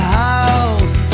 house